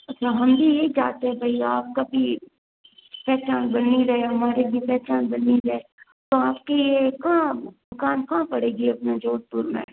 अच्छा हम भी यही चाहते हैं भाई आपका भी पहचान बनी रहे हमारी भी पहचान बनी रहे तो आपकी ये कहाँ दुकान कहाँ पड़ेगी अपने जोधपुर में